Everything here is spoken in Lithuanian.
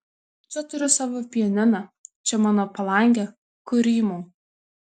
čia turiu savo pianiną čia mano palangė kur rymau